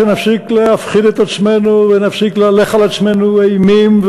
שנפסיק להפחיד את עצמנו ונפסיק להלך על עצמנו אימים,